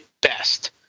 best